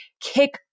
kick